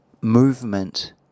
movement